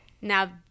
Now